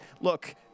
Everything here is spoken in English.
look –